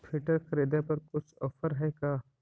Filter खरिदे पर कुछ औफर है का?